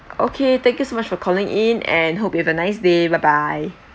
okay thank you so much for calling in and hope you have a nice day bye bye